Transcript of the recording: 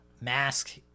mask